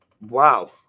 Wow